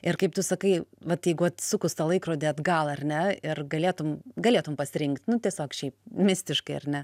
ir kaip tu sakai vat jeigu atsukus tą laikrodį atgal ar ne ir galėtum galėtum pasirinkt nu tiesiog šiaip mistiškai ar ne